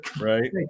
Right